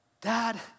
Dad